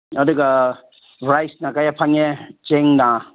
ꯑꯗꯨꯒ ꯔꯥꯏꯁꯅ ꯀꯌꯥ ꯐꯪꯉꯦ ꯆꯦꯡꯅ